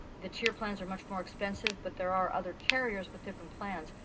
the cheer plans are much more expensive but there are other carriers with different plans.